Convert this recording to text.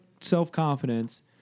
self-confidence